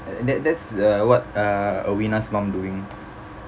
and that that's uh what uh aweena's mum doing